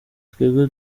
twebwe